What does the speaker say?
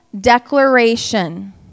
declaration